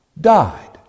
died